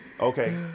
Okay